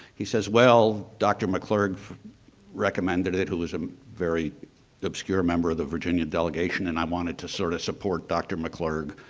he says, well dr. mcclurg recommended it. who was a very obscure member of the virginia delegation and i wanted to sort of support dr. mcclurg.